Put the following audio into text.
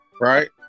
Right